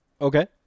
Okay